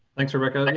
thanks, rebecca. like